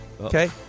Okay